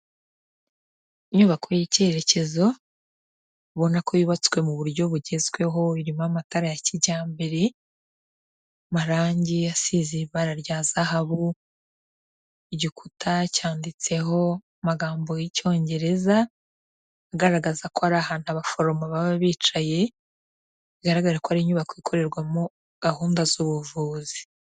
Inyubako y'icyerekezo ubona ko yubatswe mu buryo bugezweho irimo amatara ya kijyambere, amarange asize ibara rya zahabu, igikuta cyanditseho amagambo y'Icyongereza agaragaza ko ari ahantu abaforomo baba bicaye, bigaragare ko ari inyubako ikorerwamo gahunda z'ubuvuzi.